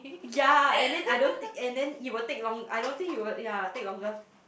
yea and then I don't and then you will take I don't think you will yea take longer